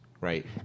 Right